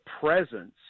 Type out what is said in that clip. presence